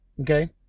Okay